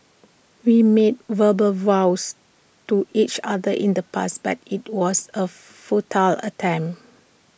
we made verbal vows to each other in the past but IT was A futile attempt